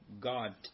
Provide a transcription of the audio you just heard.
God